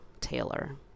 taylor